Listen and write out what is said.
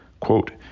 Quote